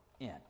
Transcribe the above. end